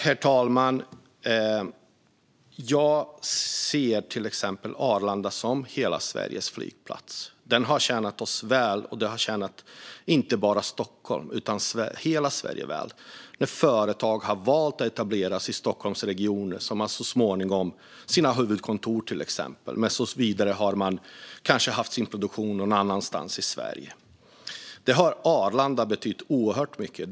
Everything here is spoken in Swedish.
Herr talman! Jag ser Arlanda som hela Sveriges flygplats. Den har tjänat oss väl, och inte bara Stockholm utan hela Sverige. Företag har valt att etablera till exempel sina huvudkontor i Stockholmsregionen men har kanske haft sin produktion någon annanstans i Sverige. Där har Arlanda betytt oerhört mycket.